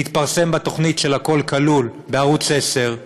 זה התפרסם בתוכנית "הכול כלול" בערוץ 10,